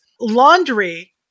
laundry